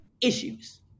Issues